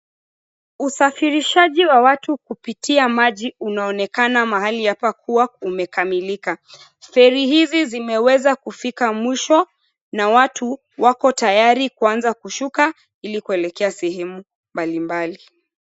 Usafirishaji wa watu kupitia maji unaonekana mahali hapa kuwa umekamilika. Feri hizi zimeweza kufika mwisho na watu wako tayari kuanza kushuka ili kuelekea sehemu mbali mbali.